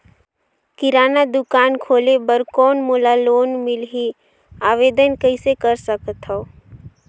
किराना दुकान खोले बर कौन मोला लोन मिलही? आवेदन कइसे कर सकथव?